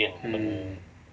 mm